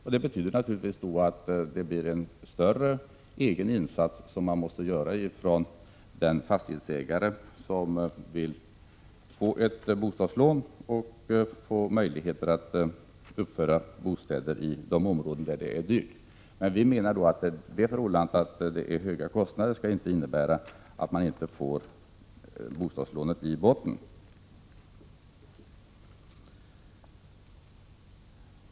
Då fordras en större egen insats av fastighetsägaren om han vill ha bostadslån och uppföra bostäder i de områden där det är dyrt. Vi menar dock att höga kostnader inte skall innebära att man inte får bottenlånet.